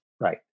Right